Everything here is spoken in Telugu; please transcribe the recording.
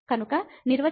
కాబట్టి నిర్వచనం ఏమిటి